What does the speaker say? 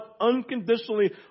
unconditionally